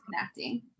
connecting